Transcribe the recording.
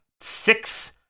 six